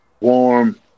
warm